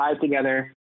together